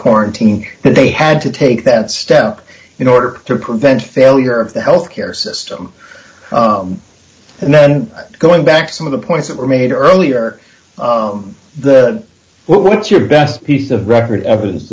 quarantine and they had to take that step in order to prevent failure of the health care system and then going back to some of the points that were made earlier the what's your best piece of record evidence